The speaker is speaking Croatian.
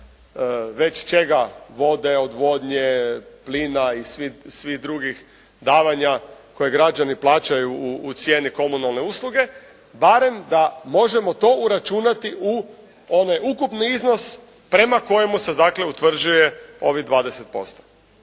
već čega vode, odvodnje, plina i svih drugih davanja koje građani plaćaju u cijeni komunalne usluge barem da možemo to uračunati u onaj ukupni iznos prema kojemu se dakle utvrđuje ovih 20%.